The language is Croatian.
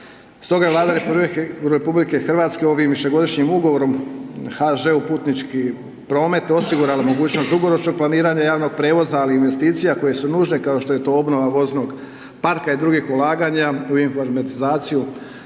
Stoga Vlada RH ovim višegodišnjim Ugovorom HŽ Putnički promet osigurala mogućnost dugoročnog planiranja javnog prijevoza, ali i investicija koje su nužne, kao što je to obnova voznog parka i drugih ulaganja u informatizaciju